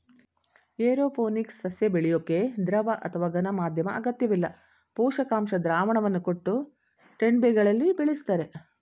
aeroponics ಸಸ್ಯ ಬೆಳ್ಯೋಕೆ ದ್ರವ ಅಥವಾ ಘನ ಮಾಧ್ಯಮ ಅಗತ್ಯವಿಲ್ಲ ಪೋಷಕಾಂಶ ದ್ರಾವಣವನ್ನು ಕೊಟ್ಟು ಟೆಂಟ್ಬೆಗಳಲ್ಲಿ ಬೆಳಿಸ್ತರೆ